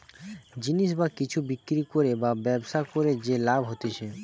জিনিস বা কিছু বিক্রি করে বা ব্যবসা করে যে লাভ হতিছে